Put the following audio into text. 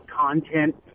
content